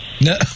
No